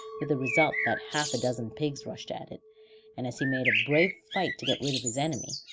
with the result that half a dozen pigs rushed at it and as he made a brave fight to get rid of his enemy,